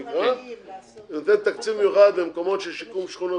הוא מוכן לתת תקציב מיוחד למקומות שיש שיקום שכונות,